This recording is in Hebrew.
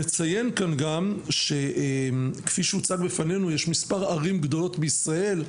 נציין כאן גם שכפי שהוצג בפנינו יש מספר ערים גדולות בישראל,